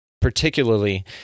particularly